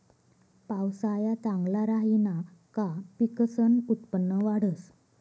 पावसाया चांगला राहिना का पिकसनं उत्पन्न वाढंस